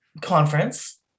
conference